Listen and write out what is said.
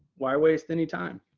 why waste any time?